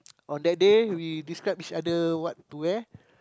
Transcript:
on that day we describe each other what to have